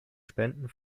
spenden